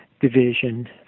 division